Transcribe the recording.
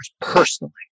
personally